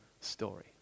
story